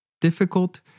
difficult